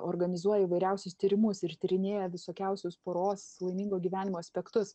organizuoja įvairiausius tyrimus ir tyrinėja visokiausius poros laimingo gyvenimo aspektus